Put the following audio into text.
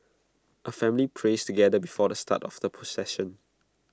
A family prays together before the start of the procession